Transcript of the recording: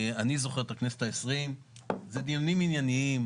כי אני צריך לקחת אדריכל ומהנדס שיכינו לי את התוכנית וכו',